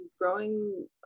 growing